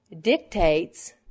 dictates